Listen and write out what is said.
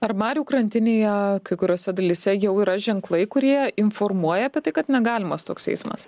ar marių krantinėje kai kuriose dalyse jau yra ženklai kurie informuoja apie tai kad negalimas toks eismas